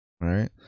right